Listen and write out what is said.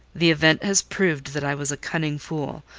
the event has proved, that i was a cunning fool,